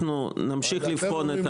נמשיך לבחון.